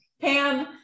Pam